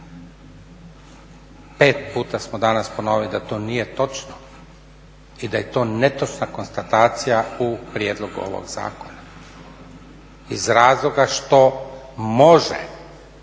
5 puta smo danas ponovili da to nije točno i da je to netočna konstatacija u prijedlogu ovog zakona iz razloga što može